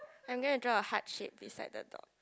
I'm gonna draw a heart shape beside the dog